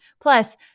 Plus